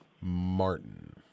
Martin